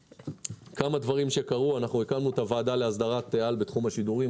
הקמנו את הוועדה לאסדרת-על בתחום השידורים.